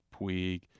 Puig